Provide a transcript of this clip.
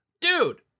Dude